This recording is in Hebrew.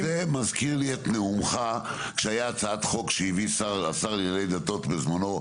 זה מזכיר לי את נאומך כשהייתה הצעת חוק שהביא השר לענייני דתות בזמנו,